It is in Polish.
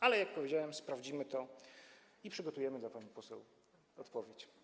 Ale, jak powiedziałem, sprawdzimy to i przygotujemy dla pani poseł odpowiedź.